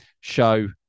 show